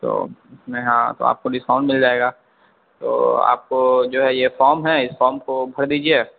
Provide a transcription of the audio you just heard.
تو اس میں ہاں تو آپ کو ڈسکاؤنٹ مل جائے گا تو آپ کو جو ہے یہ فام ہے اس فام کو بھر دیجیے